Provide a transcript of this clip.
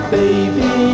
baby